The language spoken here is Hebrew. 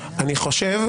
אני חושב,